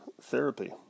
therapy